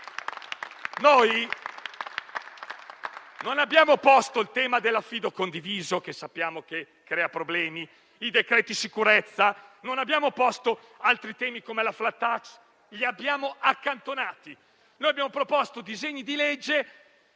Noi non abbiamo posto il tema dell'affido condiviso, che sappiamo creare problemi, o quello dei decreti sicurezza. Non abbiamo posto altri temi, come la *flat tax*, ma li abbiamo accantonati. Noi abbiamo proposto disegni di legge